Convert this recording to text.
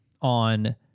on